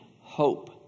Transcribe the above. hope